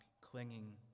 clinging